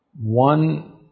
one